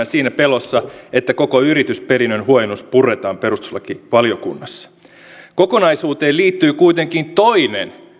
siinä pelossa että koko yritysperinnön huojennus puretaan perustuslakivaliokunnassa kokonaisuuteen liittyy kuitenkin toinen